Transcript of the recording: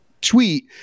tweet